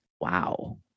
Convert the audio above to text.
wow